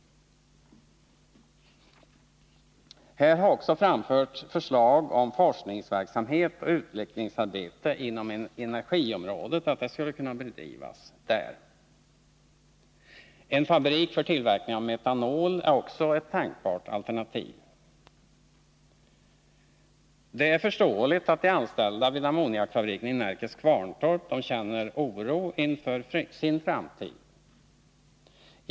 Det har framförts förslag om att forskningsverksamhet och utvecklingsarbete inom energiområdet skulle kunna bedrivas där. En fabrik för tillverkning av metanol är också ett tänkbart alternativ. Det är förståeligt att de anställda vid ammoniakfabriken i Närkes Kvarntorp känner oro inför framtiden.